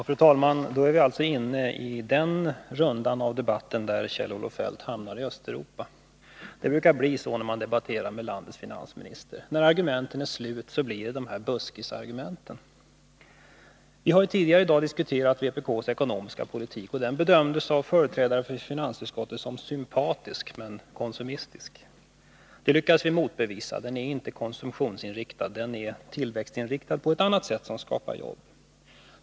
Fru talman! Då är vi alltså inne i den runda av debatten där Kjell-Olof Feldt hamnar i Östeuropa. Det brukar bli så när man debatterar med landets finansminister. När argumenten är slut kommer dessa buskisargument. Vi har tidigare i dag diskuterat vpk:s ekonomiska politik, och den har av företrädare för finansutskottet bedömts som sympatisk men ”konsumistisk”. Det lyckades vi motbevisa. Den är inte konsumtionsinriktad — den är tillväxtinriktad på ett annat sätt som skapar jobb.